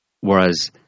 Whereas